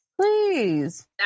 Please